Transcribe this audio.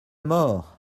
mort